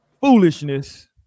foolishness